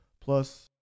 plus